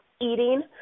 eating